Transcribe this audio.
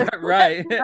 Right